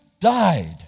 Died